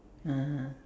(uh huh)